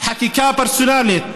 חקיקה פרסונלית,